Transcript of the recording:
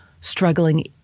struggling